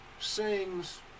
Sings